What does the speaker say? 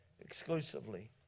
exclusively